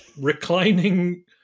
reclining